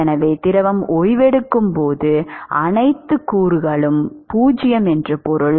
எனவே திரவம் ஓய்வெடுக்கும் போது அனைத்து கூறுகளும் 0 என்று பொருள்